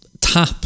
tap